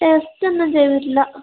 ടെസ്റ്റൊന്നും ചെയ്തിട്ടില്ല